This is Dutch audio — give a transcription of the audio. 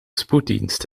spoeddienst